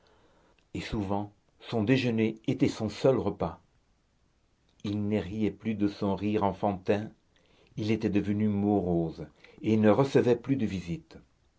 et souvent son déjeuner était son seul repas il ne riait plus de son rire enfantin il était devenu morose et ne recevait plus de visites